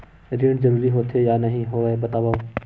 ऋण जरूरी होथे या नहीं होवाए बतावव?